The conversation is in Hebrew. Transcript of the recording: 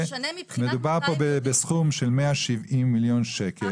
מדובר פה בסכום של 170 מיליון שקל.